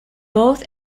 both